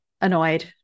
annoyed